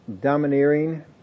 domineering